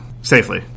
safely